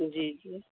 جی جی